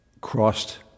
crossed